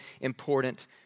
important